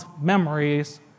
memories